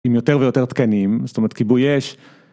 עם יותר ויותר תקנים, זאת אומרת, כיבוי אש.